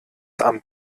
amt